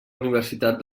universitat